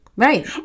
right